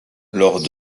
lors